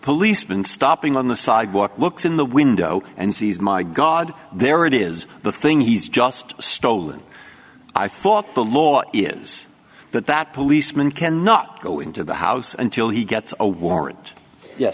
policeman stopping on the sidewalk looks in the window and sees my god there it is the thing he's just stolen i thought the law is but that policeman can not go into the house until he gets a warrant yes